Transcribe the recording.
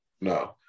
No